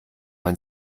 man